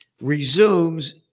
resumes